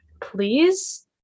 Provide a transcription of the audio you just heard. please